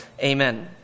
Amen